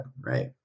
right